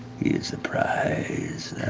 is a prize,